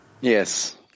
Yes